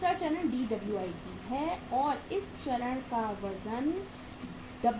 दूसरा चरण DWIP है और इस चरण का वजन WWIP है